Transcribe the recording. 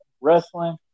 wrestling